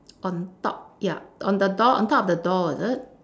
on top ya on the door on top of the door is it